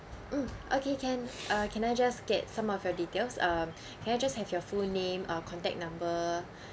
mm okay can uh can I just get some of your details um can I just have your full name uh contact number